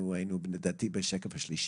אני רק אגיד בשתי מילים על מה שהתחלתי